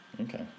Okay